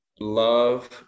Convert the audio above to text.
love